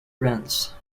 rents